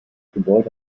gebäude